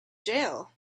jail